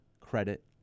credit